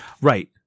Right